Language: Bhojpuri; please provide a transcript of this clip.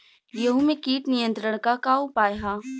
गेहूँ में कीट नियंत्रण क का का उपाय ह?